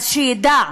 אז שידע: